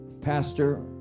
Pastor